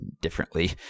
differently